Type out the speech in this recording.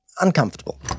uncomfortable